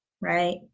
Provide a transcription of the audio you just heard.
right